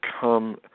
come